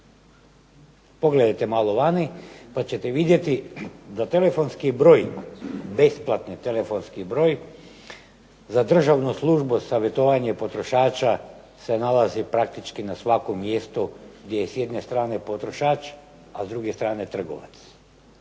Pogledajte malo vani pa ćete vidjeti da telefonski broj, besplatni telefonski broj za Državnu službu savjetovanje potrošača se nalazi praktički na svakom mjestu gdje je s jedne strane potrošač, a s druge strane trgovac.